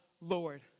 Lord